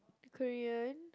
Korean